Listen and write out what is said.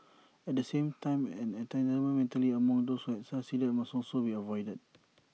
at the same time an entitlement mentality among those who have succeeded must also be avoided